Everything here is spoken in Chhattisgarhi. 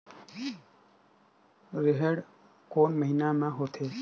रेहेण कोन महीना म होथे?